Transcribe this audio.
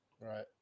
Right